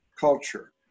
culture